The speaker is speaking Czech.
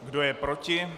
Kdo je proti?